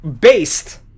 Based